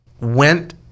went